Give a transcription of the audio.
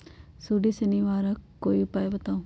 सुडी से निवारक कोई उपाय बताऊँ?